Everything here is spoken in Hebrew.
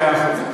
מאה אחוז.